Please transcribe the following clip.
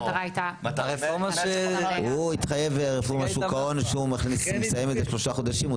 הוא התחייב לרפורמת שוק ההון שהוא מסיים את זה שלושה חודשים.